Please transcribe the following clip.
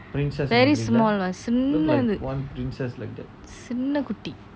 very small lah சின்னது சின்னக்குட்டி:chinnathu chinnakutty